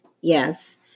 Yes